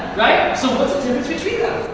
so the difference between